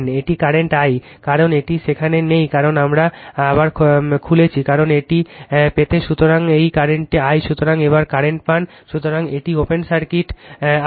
এটি current I কারণ এটি সেখানে নেই কারণ আমরা আবার খুলছি কারণ এটি পেতে সুতরাং এটি কারেন্ট I সুতরাং একবার কারেন্ট পান সুতরাং এটি ওপেন সার্কিট I